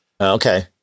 Okay